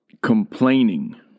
complaining